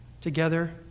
together